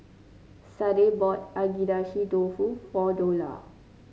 Sade bought Agedashi Dofu for Dola